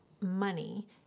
money